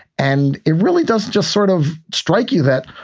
and it really does just sort of strike you that.